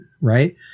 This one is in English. right